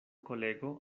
kolego